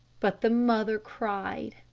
but the mother cried.